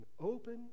open